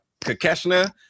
Kakeshna